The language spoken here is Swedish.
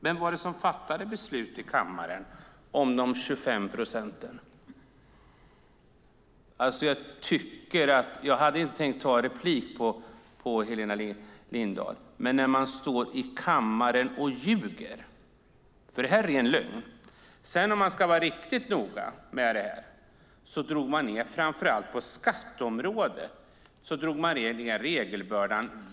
Vem var det som fattade beslut i kammaren om de 25 procenten? Jag hade inte tänkt begära replik på Helena Lindahl, men när man står i kammaren och ljuger, för det var en ren lögn, måste jag göra det. Om man ska vara riktigt noga minskade vi regelbördan riktigt ordenligt, framför allt på skatteområdet.